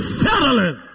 settling